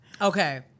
Okay